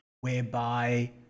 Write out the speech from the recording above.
whereby